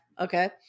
Okay